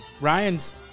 Ryan's